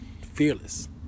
Fearless